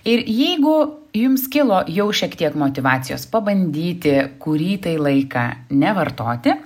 ir jeigu jums kilo jau šiek tiek motyvacijos pabandyti kurį tai laiką nevartoti